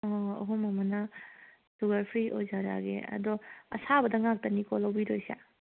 ꯑꯍꯨꯝ ꯑꯃꯅ sugar free ꯑꯣꯏꯖꯔꯛꯑꯒꯦ ꯑꯗꯣ ꯑꯁꯥꯕꯗ ꯉꯥꯛꯇꯅꯤꯀꯣ ꯂꯧꯕꯤꯗꯣꯏꯁꯦ